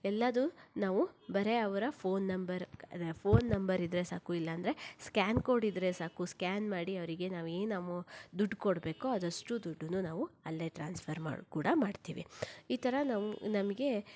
ಎಲ್ಲವು ನಾವು ಬರೀ ಅವರ ಫೋನ್ ನಂಬರ್ ಫೋನ್ ನಂಬರ್ ಇದ್ದರೆ ಸಾಕು ಇಲ್ಲಾಂದರೆ ಸ್ಕ್ಯಾನ್ ಕೋಡ್ ಇದ್ದರೆ ಸಾಕು ಸ್ಕ್ಯಾನ್ ಮಾಡಿ ಅವರಿಗೆ ನಾವೇನು ಅಮೌ ದುಡ್ಡು ಕೊಡಬೇಕೋ ಅದಷ್ಟು ದುಡ್ಡನ್ನೂ ನಾವು ಅಲ್ಲೇ ಟ್ರಾನ್ಸ್ಫರ್ ಮಾ ಕೂಡ ಮಾಡ್ತೀವಿ ಈ ಥರ ನಾವು ನಮಗೆ